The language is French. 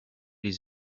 les